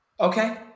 Okay